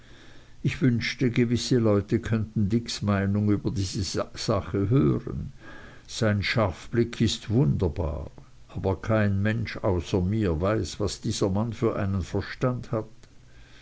ich wünschte gewisse leute könnten dicks meinung über diese sache hören sein scharfblick ist wunderbar aber kein mensch außer mir weiß was dieser mann für einen verstand hat